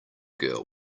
girl